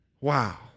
Wow